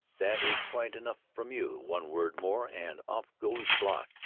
that is quite enough from you one word more and off goes your block,